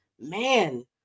man